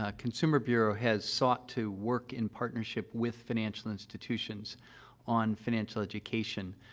ah consumer bureau has sought to work in partnership with financial institutions on financial education,